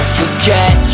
forget